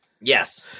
yes